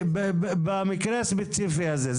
במקרה הספציפי הזה.